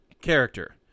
character